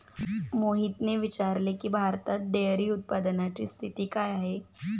मोहितने विचारले की, भारतात डेअरी उत्पादनाची स्थिती काय आहे?